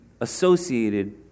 associated